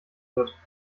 wird